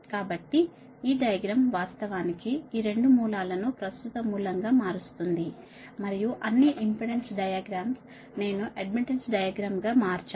కాబట్టి ఈ డయాగ్రామ్ వాస్తవానికి ఈ రెండు మూలాలను ప్రస్తుత మూలంగా మారుస్తుంది మరియు అన్ని ఇంపెడెన్స్ డయాగ్రామ్ నేను అడ్మిటెన్స్ డయాగ్రామ్గా మార్చాను